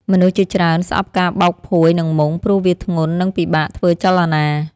មនុស្សជាច្រើនស្អប់ការបោកភួយ និងមុង ព្រោះវាធ្ងន់ និងពិបាកធ្វើចលនា។